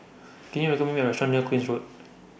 Can YOU recommend Me A Restaurant near Queen's Road